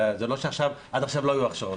זה לא שעד עכשיו לא היו הכשרות,